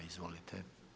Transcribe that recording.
Izvolite.